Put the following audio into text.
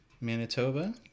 Manitoba